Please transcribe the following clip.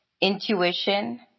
intuition